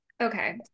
Okay